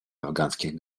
афганских